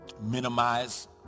minimize